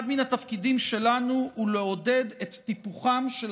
אחד מהתפקידים שלנו הוא לעודד את טיפוחם של